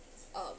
uh